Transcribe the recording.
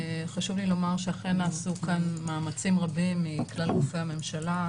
חשוב לי לומר שאכן נעשו כאן מאמצים רבים מכלל גופי הממשלה.